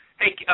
Hey